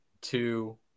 two